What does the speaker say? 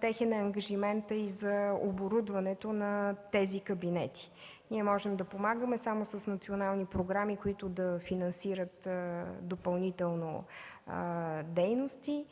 Техен е ангажиментът и за оборудване на тези кабинети. Ние можем да помагаме само с национални програми, които да финансират допълнително дейности,